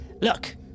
Look